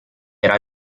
era